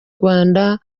rwanda